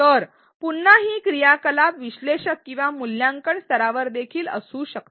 तर पुन्हा ही क्रियाकलाप विश्लेषक किंवा मूल्यांकन स्तरावर देखील असू शकते